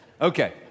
Okay